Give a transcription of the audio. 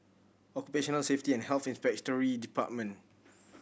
Occupational Safety and Health Inspectorate Department